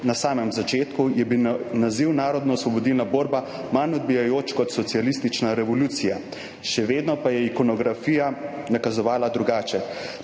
na samem začetku, je bil naziv narodnoosvobodilna borba manj odbijajoč kot socialistična revolucija, še vedno pa je ikonografija nakazovala drugače.